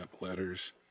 letters